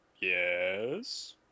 Yes